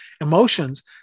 emotions